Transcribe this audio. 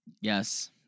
Yes